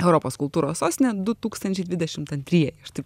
europos kultūros sostinė du tūkstančiai dvidešimt antrieji aš taip